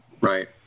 right